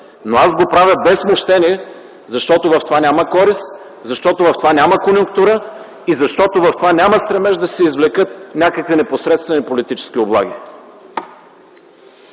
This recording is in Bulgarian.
но аз го правя без смущение, защото в това няма корист, няма конюнктура и няма стремеж да се извлекат някакви непосредствени политически облаги.